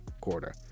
Quarter